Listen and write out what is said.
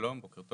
שלום, בוקר טוב.